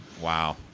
Wow